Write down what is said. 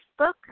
Facebook